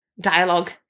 dialogue